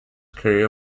career